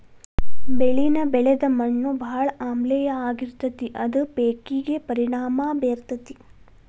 ಬೆಳಿನ ಬೆಳದ ಮಣ್ಣು ಬಾಳ ಆಮ್ಲೇಯ ಆಗಿರತತಿ ಅದ ಪೇಕಿಗೆ ಪರಿಣಾಮಾ ಬೇರತತಿ